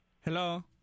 Hello